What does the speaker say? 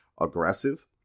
aggressive